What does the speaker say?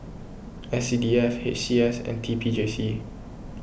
S C D F H C S and T P J C